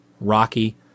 rocky